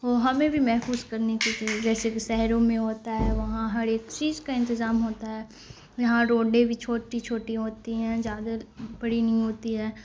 وہ ہمیں بھی محفوظ کرنے کی چیے جیسے کہ شہروں میں ہوتا ہے وہاں ہر ایک چیز کا انتظام ہوتا ہے یہاں روڈیں بھی چھوٹی چھوٹی ہوتی ہیں زیادہ بڑی نہیں ہوتی ہے